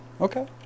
Okay